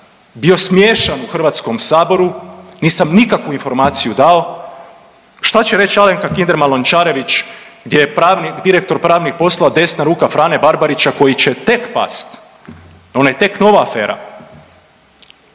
bio smiješan u Hrvatskom saboru, nisam nikakvu informaciju dao. Šta će reći Alenka Kinderman Lončarević gdje je direktor pravnih poslova, desna ruka Frane Barbarića koji će tek pasti. Ona je tek nova afera.